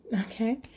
okay